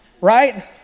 right